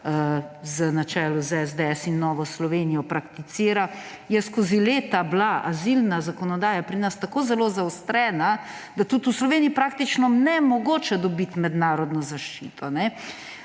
na čelu s SDS in Novo Slovenijo, prakticira. Skozi leta je bila azilna zakonodaja pri nas tako zelo zaostrena, da je tudi v Sloveniji praktično nemogoče dobiti mednarodno zaščito.